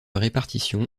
répartition